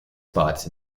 spots